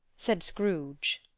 said scrooge.